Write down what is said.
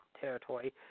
territory